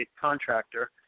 contractor